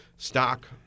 Stock